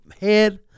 head